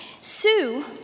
Sue